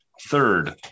Third